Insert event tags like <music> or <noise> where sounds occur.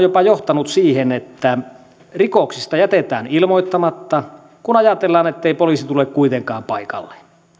<unintelligible> jopa johtanut siihen että rikoksista jätetään ilmoittamatta kun ajatellaan ettei poliisi tule kuitenkaan paikalle